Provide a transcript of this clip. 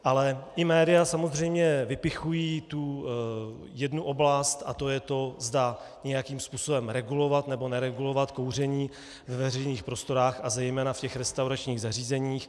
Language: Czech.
Ale i média samozřejmě vypichují tu jednu oblast, a to je to, zda nějakým způsobem regulovat, nebo neregulovat kouření ve veřejných prostorách a zejména v restauračních zařízeních.